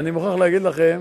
אני רוצה לדבר על נושא האכיפה.